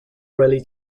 rally